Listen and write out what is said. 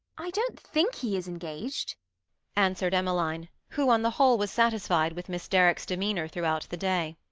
i don't think he is engaged answered emmeline, who on the whole was satisfied with miss derrick's demeanour throughout the day.